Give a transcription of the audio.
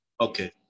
Okay